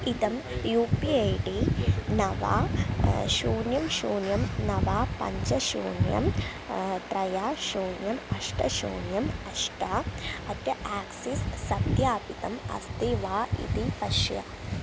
इदं U P I D नव शून्यं शून्यं नव पञ्च शून्यं त्रय शून्यम् अष्ट शून्यम् अष्ट अट् आक्सिस् सत्यापितम् अस्ति वा इति पश्य